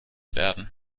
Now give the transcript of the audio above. werden